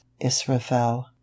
Israfel